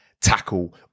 tackle